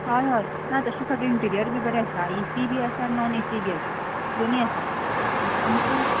हय हय ना तशें सगळें इंटिरियर बी बरें आसा एसीय बी आसा आनी नॉन ए सी बी आसा दोनी आसा हय आनी तूं